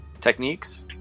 techniques